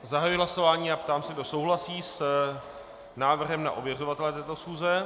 Zahajuji hlasování a ptám se, kdo souhlasí s návrhem na ověřovatele této schůze.